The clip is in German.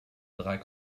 drei